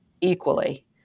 equally